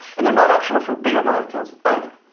and they're not optional for bigger molecules either,